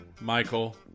Michael